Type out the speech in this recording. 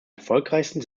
erfolgreichsten